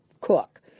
cook